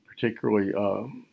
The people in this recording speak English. particularly